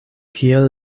kiel